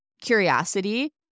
curiosity